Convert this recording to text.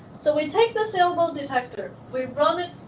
so we take the sailboat detector, we run it